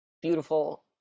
beautiful